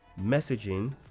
messaging